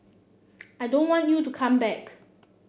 I don't want you to come back